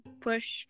push